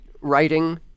writing